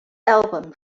album